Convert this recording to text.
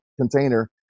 container